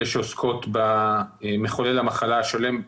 אלה שעוסקות במחולל המחלה השלם,